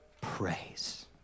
praise